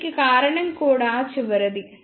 దీనికి కారణం కూడా చివరిది